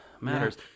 matters